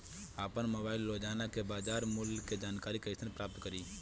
आपन मोबाइल रोजना के बाजार मुल्य के जानकारी कइसे प्राप्त करी?